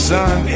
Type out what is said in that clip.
Sun